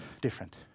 different